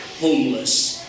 homeless